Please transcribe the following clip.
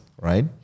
right